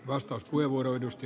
arvoisa puhemies